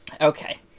Okay